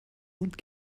und